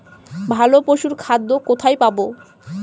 ভালো পশুর খাদ্য কোথায় পাবো?